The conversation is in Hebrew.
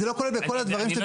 לא כולל בניירות ערך.